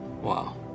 Wow